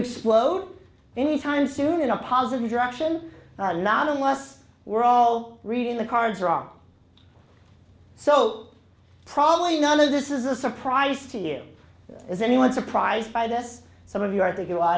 explode any time soon in a positive direction not unless we're all reading the cards wrong so probably none of this is a surprise to you is anyone surprised by this some of you i think you i